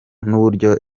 n’uburyo